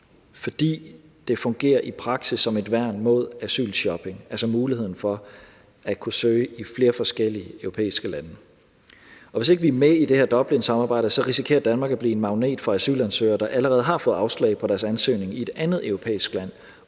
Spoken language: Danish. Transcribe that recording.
fordi det i praksis fungerer som et værn mod asylshopping, altså muligheden for at kunne søge i flere forskellige europæiske lande. Hvis ikke vi er med i det her Dublinsamarbejde, risikerer Danmark at blive en magnet for asylansøgere, der allerede har fået afslag på deres ansøgning i et andet europæisk land,